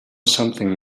something